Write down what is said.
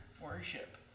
worship